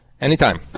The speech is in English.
Anytime